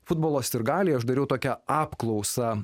futbolo sirgaliai aš dariau tokią apklausą